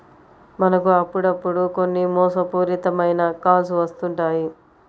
మనకు అప్పుడప్పుడు కొన్ని మోసపూరిత మైన కాల్స్ వస్తుంటాయి